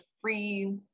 free